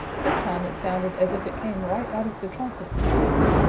this time it sounded as if it came right out of the trunk of the tree.